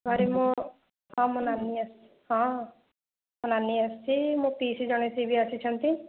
ଘରେ ମୋ ହଁ ମୋ ନାନୀ ଆସିଛି ହଁ ମୋ ନାନୀ ଆସିଛି ମୋ ପିଇସୀ ଜଣେ ସିଏ ବି ଆସିଛନ୍ତି